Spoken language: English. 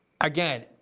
Again